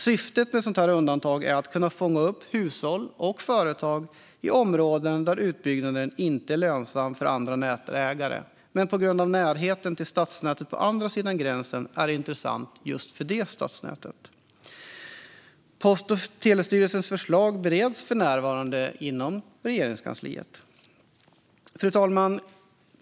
Syftet med ett sådant undantag är att fånga upp hushåll och företag i områden där utbyggnaden inte är lönsam för andra nätägare men på grund av närheten till stadsnätet på andra sidan gränsen är intressant för det stadsnätet. Post och telestyrelsens förslag bereds för närvarande inom Regeringskansliet. Fru talman!